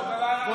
לא,